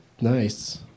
nice